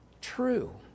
true